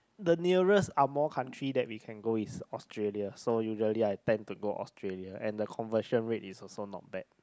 the nearest among country that we can go is Australia so usually I plan to go Australia and the conversion rate is also not bad